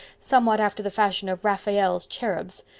somewhat after the fashion of raphael's cherubs.